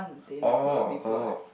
orh orh